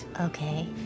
Okay